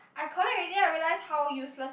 I collect already I realized how useless it